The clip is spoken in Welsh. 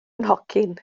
nhocyn